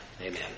Amen